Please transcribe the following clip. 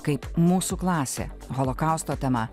kaip mūsų klasė holokausto tema